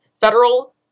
federal